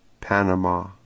Panama